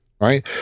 right